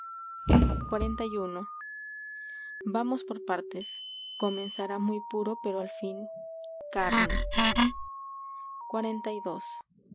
i y amos por partes j comenzará muy puro pero al fin carne xlii an